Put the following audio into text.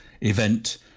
event